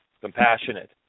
compassionate